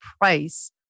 price